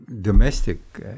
domestic